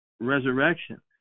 resurrection